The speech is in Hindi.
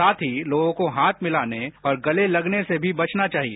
साथ ही लोगों को हाथ मिलाने और गले लगने से भी बचना चाहिए